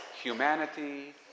Humanity